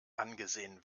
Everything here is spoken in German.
angesehen